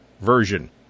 version